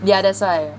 yeah that's why